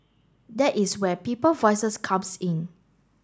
that is where People Voices comes in